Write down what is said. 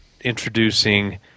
introducing